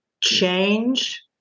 change